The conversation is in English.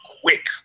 quick